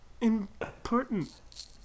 important